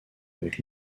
avec